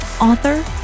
author